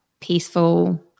peaceful